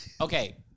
Okay